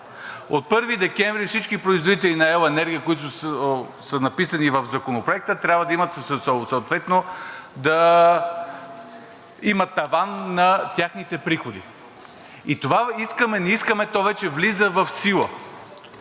От 1 декември всички производители на ел. енергия, които са написани в Законопроекта, трябва да има съответно таван на техните приходи. Това искаме, не искаме вече да влиза в сила,